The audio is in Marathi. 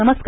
नमस्कार